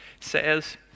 says